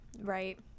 Right